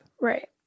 Right